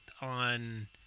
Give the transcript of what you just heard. on